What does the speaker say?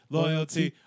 loyalty